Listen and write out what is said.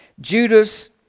Judas